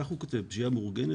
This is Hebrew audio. כך הוא כותב, פשיעה מאורגנת.